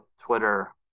Twitter